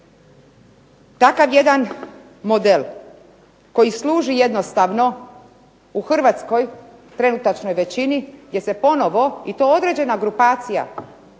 Takav jedan model koji služi jednostavno u HRvatskoj trenutačnoj većini gdje se ponovo i to određena grupacija